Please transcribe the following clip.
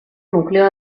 nucleo